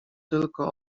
tylko